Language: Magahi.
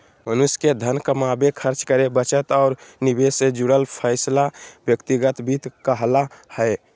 मनुष्य के धन कमावे, खर्च करे, बचत और निवेश से जुड़ल फैसला व्यक्तिगत वित्त कहला हय